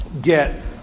get